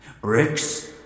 Bricks